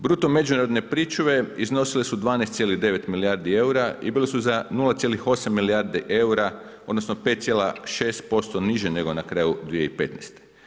Bruto međunarodne pričuve, iznosile su 12,9 milijardi eura i bili su za 0,8 milijardi eura, odnosno, 5,6% niže nego na kraju 2015.